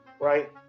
right